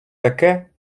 таке